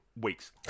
weeks